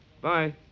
Bye